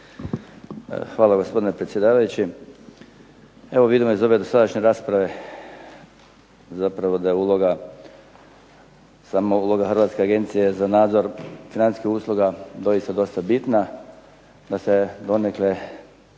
Hvala gospodine predsjedavajući. Evo vidimo iz ove dosadašnje rasprave zapravo da je uloga, sama uloga Hrvatske agencije za nadzor financijskih usluga doista dosta bitna, da se donekle